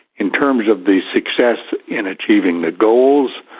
in terms of the success in achieving the goals,